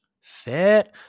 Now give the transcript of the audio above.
fit